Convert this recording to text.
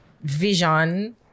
vision